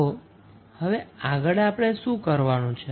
તો હવે આગળ આપણે શું કરવાનું છે